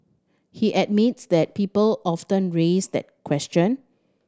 he admits that people often raise that question